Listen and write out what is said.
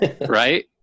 right